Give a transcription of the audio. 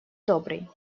добрый